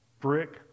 brick